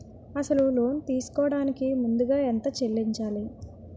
అసలు లోన్ తీసుకోడానికి ముందుగా ఎంత చెల్లించాలి?